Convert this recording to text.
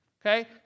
Okay